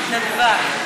התנדבה.